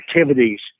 activities